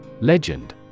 Legend